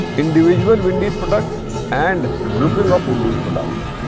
individual wendy's products and grouping of wendy's products.